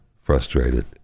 frustrated